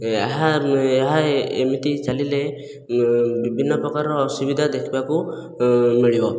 ଏହା ଏହା ଏମିତି ଚାଲିଲେ ବିଭିନ୍ନ ପ୍ରକାର ଅସୁବିଧା ଦେଖିବାକୁ ମିଳିବ